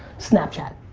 snapchat.